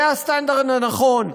זה הסטנדרט הנכון,